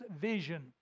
vision